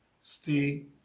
stay